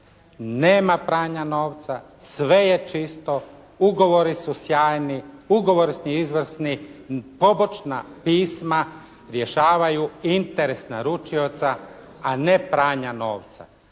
nema pranja novca, sve je čisto, ugovori su sjajni, ugovorni su izvrsni, pobočna pisma rješavaju interes naručioca a ne pranja novca.